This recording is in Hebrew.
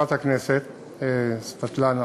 חברת הכנסת סבטלנה,